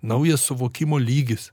naujas suvokimo lygis